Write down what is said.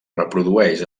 reprodueix